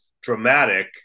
dramatic